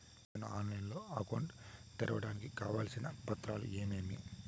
నేను ఆన్లైన్ లో అకౌంట్ తెరవడానికి కావాల్సిన పత్రాలు ఏమేమి?